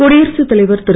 குடியரசுத் தலைவர் திரு